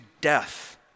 death